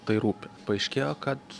tai rūpi paaiškėjo kad